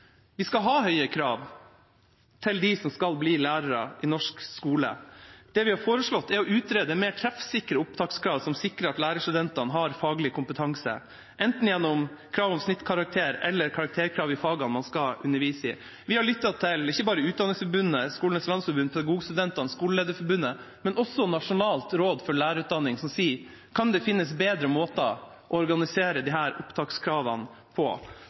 Vi skal ha høye krav til dem som skal bli lærere i norsk skole. Det vi – og Sosialistisk Venstreparti – har foreslått, er å utrede mer treffsikre opptakskrav, som sikrer at lærerstudentene har faglig kompetanse, enten gjennom krav om snittkarakter eller gjennom karakterkrav i fagene man skal undervise i. Vi har lyttet til ikke bare Utdanningsforbundet, Skolenes landsforbund, Pedagogstudentene og Skolelederforbundet, men også til Nasjonalt råd for lærerutdanning, som sier: Kan det finnes bedre måter å organisere disse opptakskravene på?